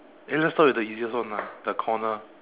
eh let's start with the easiest one lah the corner